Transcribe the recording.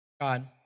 God